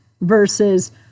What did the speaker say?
versus